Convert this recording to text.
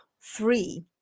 three